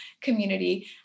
community